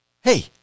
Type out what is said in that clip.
Hey